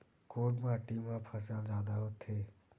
कोन माटी मा फसल जादा होथे?